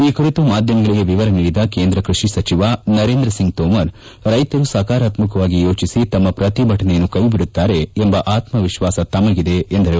ಈ ಕುರಿತು ಮಾಧ್ಯಮಗಳಿಗೆ ವಿವರ ನೀಡಿದ ಕೇಂದ್ರ ಕ್ಕಷಿ ಸಚಿವ ನರೇಂದ್ರ ಸಿಂಗ್ ತೋಮರ್ ರೈತರು ಸಕಾರಾತ್ಮಕವಾಗಿ ಯೋಚಿಸಿ ತಮ್ಮ ಪ್ರತಿಭಟನೆಯನ್ನು ಕೈಬಿಡುತ್ತಾರೆ ಎಂಬ ಆತ್ಮವಿಶ್ವಾಸ ತಮಗಿದೆ ಎಂದರು